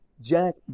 Jack